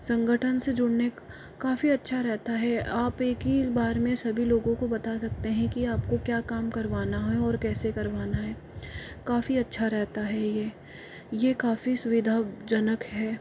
संगठन से जुड़ने काफी अच्छा रहता है आप एक ही बार में सभी लोगों को बता सकते हैं कि आपको क्या काम करवाना है और कैसे करवाना है काफी अच्छा रहता है यह यह काफी सुविधाजनक है